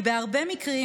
כי בהרבה מקרים,